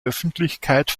öffentlichkeit